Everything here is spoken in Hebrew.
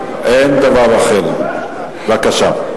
בבקשה.